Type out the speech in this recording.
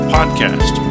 Podcast